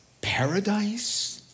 paradise